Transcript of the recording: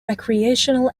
recreational